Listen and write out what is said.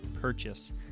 purchase